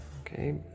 Okay